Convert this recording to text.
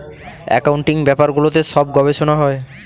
accounting ব্যাপারগুলোতে সব গবেষনা হয়